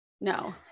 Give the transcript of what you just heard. no